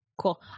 Cool